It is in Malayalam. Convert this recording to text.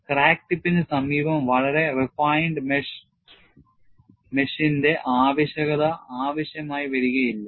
ക്രാക്ക് ടിപ്പിന് സമീപം വളരെ refined മെഷിന്റെ ആവശ്യകത ആവശ്യമായി വരില്ല